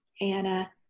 Anna